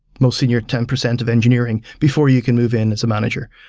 most senior ten percent of engineering before you can move in as a manager.